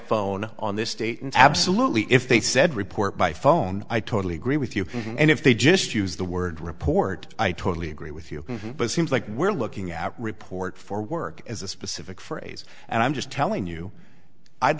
phone on this date and absolutely if they said report by phone i totally agree with you and if they just use the word report i totally agree with you but seems like we're looking at report for work as a specific phrase and i'm just telling you i'd